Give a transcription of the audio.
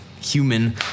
human